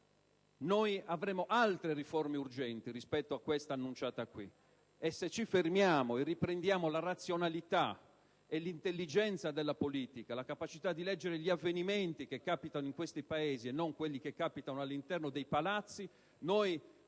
affrontare altre riforme urgenti rispetto a questa. E se ci fermiamo e riprendiamo la razionalità e l'intelligenza della politica, la capacità di leggere gli avvenimenti che capitano in questo Paese e non quelli che capitano all'interno dei palazzi,